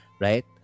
right